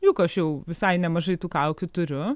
juk aš jau visai nemažai tų kaukių turiu